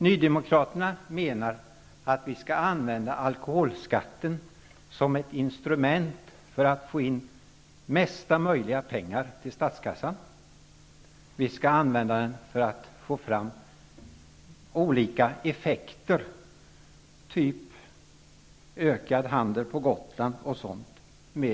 Nydemokraterna menar att vi skall använda alkoholskatten som ett instrument för att få in så mycket pengar som möjligt till statskassan och för att vi med hjälp av en styrning av alkoholskatten skall få för olika effekter, t.ex. ökad handel på Gotland.